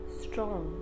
strong